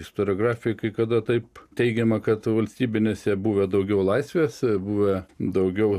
istoriografijoj kada taip teigiama kad valstybinėse buvę daugiau laisvės buvę daugiau